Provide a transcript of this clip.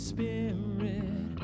Spirit